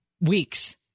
weeks